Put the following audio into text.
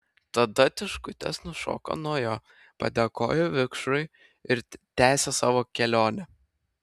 tada tiškutės nušoko nuo jo padėkojo vikšrui ir tęsė savo kelionę